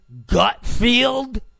Gutfield